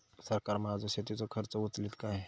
सरकार माझो शेतीचो खर्च उचलीत काय?